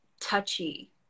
touchy